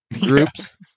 groups